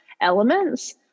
elements